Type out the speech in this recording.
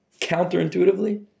counterintuitively